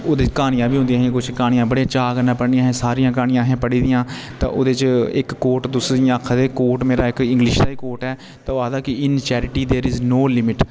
ओह्दे च कहानियां बी होन्दिया ही कुछ कहानियां बड़े चाह कन्ने पढ़निया सारियां कहानियां आहे पढ़ी दियां ओह्दे च इक कोट तुस जियां आखा दे कोट मेरा इक इंग्लिश दा कोट ऐ ते ओह् आखदा की in charity there is no limit